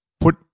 put